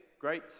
great